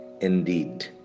indeed